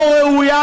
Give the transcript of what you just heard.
לא ראויה,